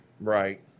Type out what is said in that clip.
Right